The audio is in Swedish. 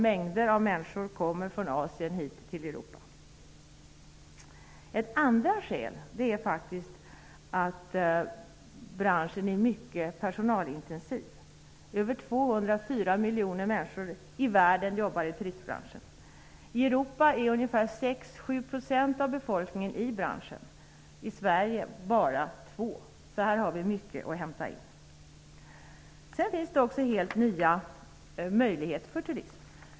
Mängder av människor kommer från Asien hit till Ett andra skäl är faktiskt att branschen är mycket personalintensiv. Över 204 miljoner människor i världen jobbar i turistbranschen. I Europa är ungefär 6--7 % av befolkningen i branschen. I Sverige är det bara 2 %. Här har vi mycket att hämta in. Sedan finns det också helt nya möjligheter för turism.